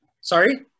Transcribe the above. Sorry